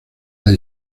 las